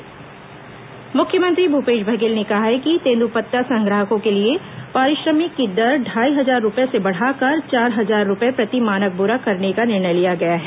मुख्यमंत्री दंतेवाडा मुख्यमंत्री भूपेश बघेल ने कहा है कि तेंदूपत्ता संग्राहकों के लिए पारिश्रमिक की दर ढ़ाई हजार रूपये से बढ़ाकर चार हजार रूपये प्रति मानक बोरा करने का निर्णय लिया गया है